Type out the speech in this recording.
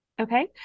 Okay